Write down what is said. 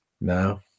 No